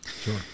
Sure